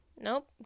Nope